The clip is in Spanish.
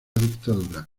dictadura